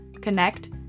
Connect